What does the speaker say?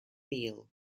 beal